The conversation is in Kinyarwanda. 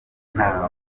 nta